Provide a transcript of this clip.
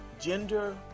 Gender